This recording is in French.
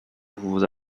vous